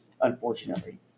Unfortunately